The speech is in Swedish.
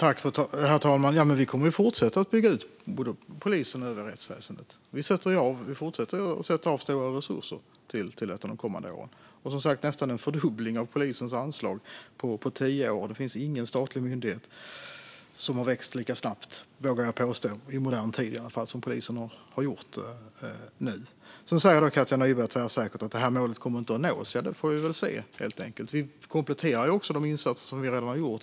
Herr talman! Vi kommer fortsätta att bygga ut både polisen och det övriga rättsväsendet. Vi fortsätter att sätta av stora resurser till detta de kommande åren. Polisens anslag har som sagt nästan fördubblats på tio år. Det finns ingen statlig myndighet som har växt lika snabbt som polisen har gjort nu, vågar jag påstå - i alla fall inte i modern tid. Katja Nyberg säger tvärsäkert att det här målet inte kommer att nås. Det får vi väl helt enkelt se. Vi kompletterar de insatser som vi redan har gjort.